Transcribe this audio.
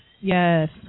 Yes